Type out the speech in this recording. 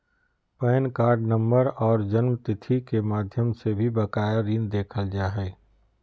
pan card number आर जन्मतिथि के माध्यम से भी बकाया ऋण देखल जा हय